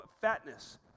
fatness